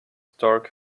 dark